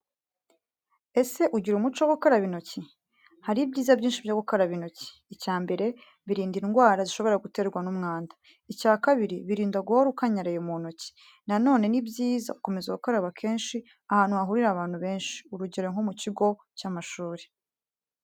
Ese ugira umuco wo gukaraba intoki? Hari ibyiza byinshi byo gukoraba intoki. Icyambere: birinda indwara zishobora guterwa n'umwanda. Icyakabiri: birinda guhora ukanyaraye mu ntoki. Na none ni byiza gukomeza gukaraba kenshi ahantu hahurira abantu benshi, urugero nko mu kigo cy'amashuri.